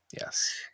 Yes